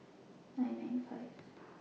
nine nine five